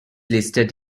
listed